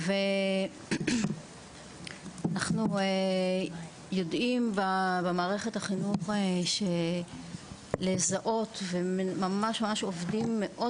אנחנו יודעים במערכת החינוך לזהות ועובדים מאוד